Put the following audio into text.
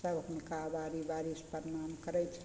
सब हुनका बारी बारीसँ प्रणाम करय छनि